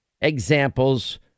examples